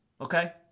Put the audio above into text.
okay